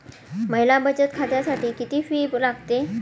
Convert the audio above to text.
महिला बचत खात्यासाठी किती फी लागते?